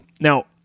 Now